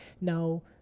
Now